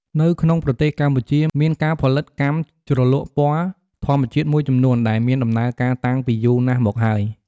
នៅក្នុងប្រទេសកម្ពុជា មានការផលិតកម្មជ្រលក់ពណ៌ធម្មជាតិមួយចំនួន ដែលមានដំណើរការតាំងពីយូរណាស់មកហើយ។